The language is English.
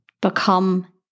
become